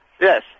Yes